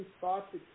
thoughts